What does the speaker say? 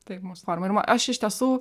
taip mus forma yra aš iš tiesų